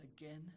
again